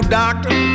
doctor